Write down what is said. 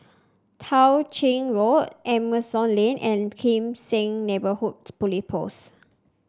Tao Ching Road Asimont Lane and Kim Seng Neighbourhood Police Post